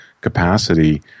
capacity